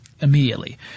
Immediately